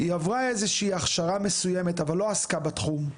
היא עברה איזושהי הכשרה מסוימת אבל לא עסקה בתחום,